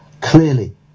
clearly